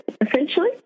essentially